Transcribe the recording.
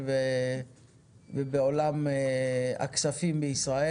אנחנו ממשיכים בסדרת הדיונים של הכנת חוק ההסדרים בתקציב המדינה.